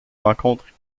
rencontres